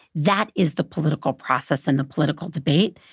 that is the political process and the political debate.